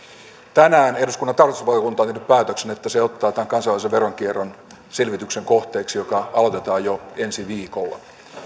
tänään eduskunnan tarkastusvaliokunta on tehnyt päätöksen että se ottaa tämän kansainvälisen veronkierron selvityksen kohteeksi ja tämä aloitetaan jo ensi viikolla